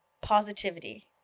positivity